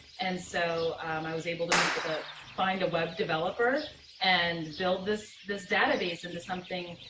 and so i was able to meet with a find a web developer and build this this database into something.